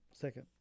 Second